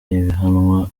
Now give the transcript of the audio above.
ihiganwa